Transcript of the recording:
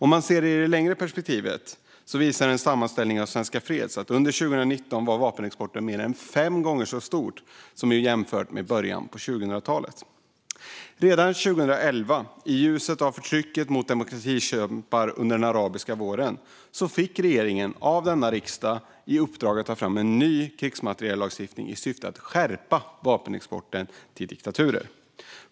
Man kan se detta i ett längre perspektiv - en sammanställning av Svenska Freds visar att under 2019 var vapenexporten mer än fem gånger så stor som i början av 2000-talet. Redan 2011, i ljuset av förtrycket av demokratikämpar under den arabiska våren, fick regeringen av riksdagen i uppdrag att ta fram en ny krigsmateriellagstiftning i syfte att skärpa vapenexporten till diktaturer.